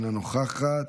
אינה נוכחת,